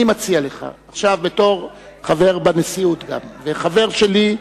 אני מציע לך, עכשיו גם בתור חבר בנשיאות וחבר שלי,